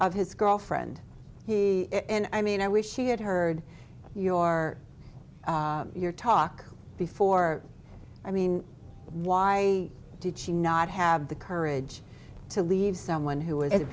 of his girlfriend he and i mean i wish she had heard your your talk before i mean why did she not have the courage to leave someone who was